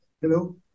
Hello